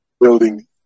building